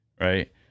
Right